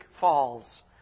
Falls